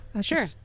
sure